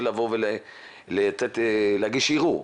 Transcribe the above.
להגיש ערעור,